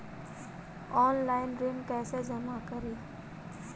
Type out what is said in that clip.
Online ऋण कैसे जमा करी?